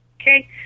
Okay